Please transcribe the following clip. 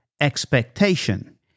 expectation